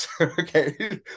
Okay